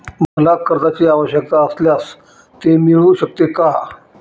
मला कर्जांची आवश्यकता असल्यास ते मिळू शकते का?